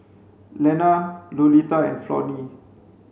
Lena Lolita and Flonnie